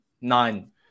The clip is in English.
Nine